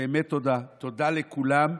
באמת תודה, תודה לכולם.